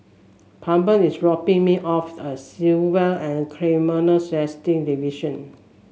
Plummer is dropping me off at Civil and Criminal Justice Division